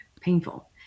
painful